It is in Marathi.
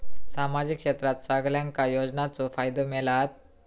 सामाजिक क्षेत्रात सगल्यांका योजनाचो फायदो मेलता?